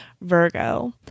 Virgo